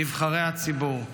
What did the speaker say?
נבחרי הציבור.